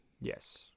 Yes